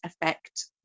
affect